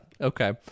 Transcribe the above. okay